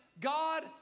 God